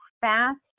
Fast